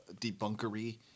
debunkery